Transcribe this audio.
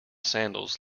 sandals